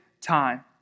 time